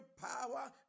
power